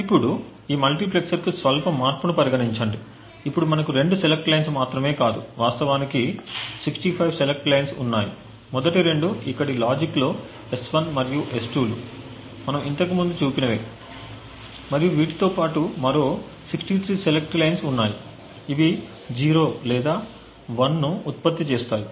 ఇప్పుడు ఈ మల్టీప్లెక్సర్కు స్వల్ప మార్పును పరిగణించండి ఇప్పుడు మనకు రెండు సెలెక్ట్ లైన్స్ మాత్రమే కాదు వాస్తవానికి 65 సెలెక్ట్ లైన్స్ ఉన్నాయి మొదటి రెండు ఇక్కడి లాజిక్లో S1 మరియు S2 లు మనం ఇంతకు ముందు చూసినవే మరియు వీటితో పాటు మరో 63 సెలెక్ట్ లైన్స్ ఉన్నాయి ఇవి 0 లేదా 1 ను ఉత్పత్తి చేస్తాయి